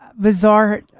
bizarre